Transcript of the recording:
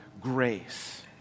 grace